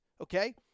okay